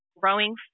growing